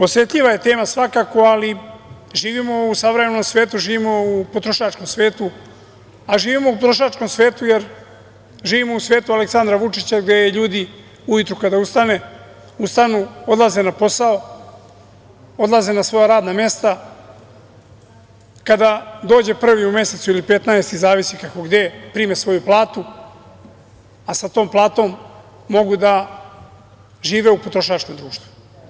Osetljiva je tema svakako, ali živimo u savremenom svetu, živimo u potrošačkom svetu, a živimo u potrošačkom svetu, jer živimo u svetu Aleksandra Vučića gde ljudi ujutru kada ustanu, odlaze na posao, odlaze na svoja radna mesta, kada dođe prvi u mesecu ili 15. zavisi kako gde, prime svoju platu, a sa tom platu mogu da žive u potrošačkom društvu.